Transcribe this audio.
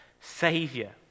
savior